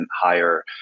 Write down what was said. higher